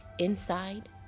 Inside